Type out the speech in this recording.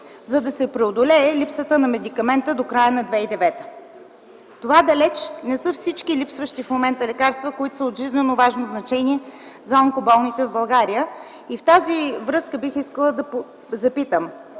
за да се преодолее липсата на медикамента до края на 2009 г. Това далеч не са всички липсващи в момента лекарства, които са от жизнено важно значение за онкоболните в България. В тази връзка бих искала да запитам: